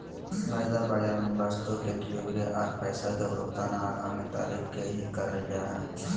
वायदा बाजार मे वस्तु डिलीवरी आर पैसा के भुगतान आगामी तारीख के ही करल जा हय